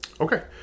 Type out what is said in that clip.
Okay